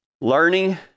Learning